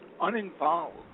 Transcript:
Uninvolved